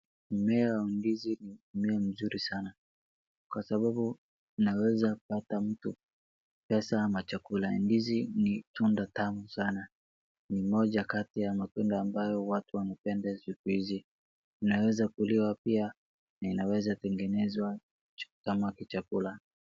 Mmea wa ndizi ni mmea ni mmea mzuri sana kwasababu unaweza pata mtu pesa ama chakula. Ndizi ni tunda tamu sana, ni moja Kati ya matunda ambayo watu wanapenda siku hizi, inaweza kuliwa pia na inaweza tengenezwa kama tu chakula.